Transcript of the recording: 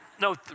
No